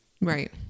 Right